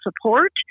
support